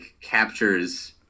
captures